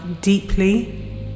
deeply